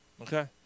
Okay